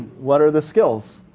what are the skills?